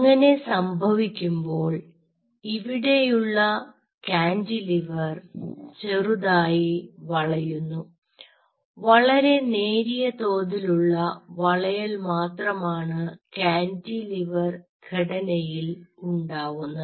അങ്ങനെ സംഭവിക്കുമ്പോൾ ഇവിടെയുള്ള കാന്റിലിവർ ചെറുതായി വളയുന്നു വളരെ നേരിയ തോതിലുള്ള വളയൽ മാത്രമാണ് കാന്റിലിവർ ഘടനയിൽ ഉണ്ടാവുന്നത്